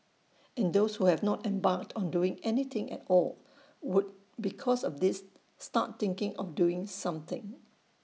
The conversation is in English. and those who have not embarked on doing anything at all would because of this start thinking of doing something